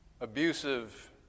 abusive